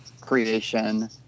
creation